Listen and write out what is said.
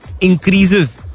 increases